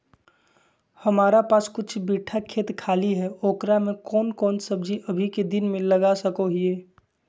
हमारा पास कुछ बिठा खेत खाली है ओकरा में कौन कौन सब्जी अभी के दिन में लगा सको हियय?